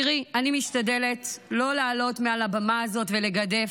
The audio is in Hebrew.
תראי, אני משתדלת לא לעלות מעל הבמה הזאת ולגדף,